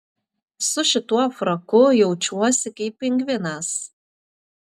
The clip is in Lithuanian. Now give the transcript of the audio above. su šituo fraku jaučiuosi kaip pingvinas